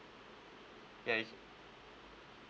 ya you ca~